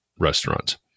restaurants